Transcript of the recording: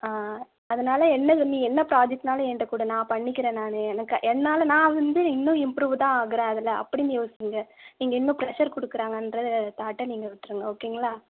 அதனால் என்ன நீ என்ன ப்ராஜெக்ட்னாலும் என்கிட கொடு நான் பண்ணிக்கிறேன் நான் எனக்கு என்னால் நான் வந்து இன்னும் இம்ப்ரூவு தான் ஆகிறேன் அதில் அப்படின்னு யோசியுங்க நீங்கள் இன்னும் ப்ரெஷ்ஷர் கொடுக்குறாங்கன்ற தாட்ட நீங்கள் விட்டிருங்க ஓகேங்களா